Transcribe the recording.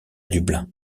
dublin